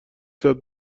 ساعت